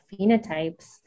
phenotypes